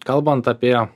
kalbant apie